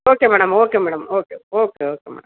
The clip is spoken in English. okay madam okay madam okay okay okay madam